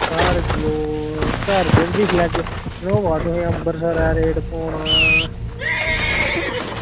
घर दिक्खी लैगे इनोवा तुसेंगी अंबरसरै दा रेट पौना